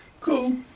cool